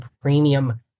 premium